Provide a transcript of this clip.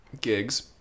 gigs